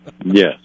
Yes